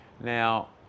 Now